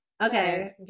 okay